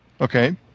Okay